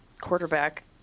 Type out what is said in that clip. quarterback –